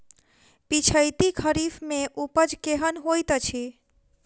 पिछैती खरीफ मे उपज केहन होइत अछि?